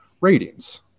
ratings